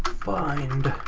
find.